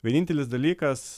vienintelis dalykas